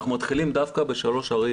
נתחיל דווקא בשלוש ערים